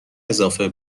اضافه